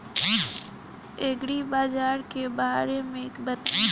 एग्रीबाजार के बारे में बताई?